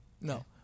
No